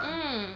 mm